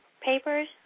Papers